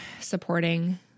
supporting